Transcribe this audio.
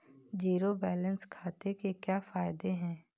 Zero balance खाते के क्या फायदे हैं?